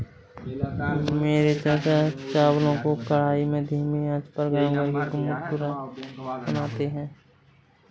मेरे चाचा चावलों को कढ़ाई में धीमी आंच पर गर्म करके मुरमुरे बनाते हैं